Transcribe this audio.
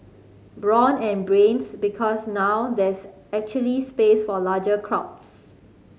brawn and Brains Because now there's actually space for larger crowds